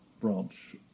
branch